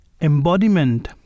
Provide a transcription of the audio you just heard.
embodiment